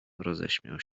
roześmiał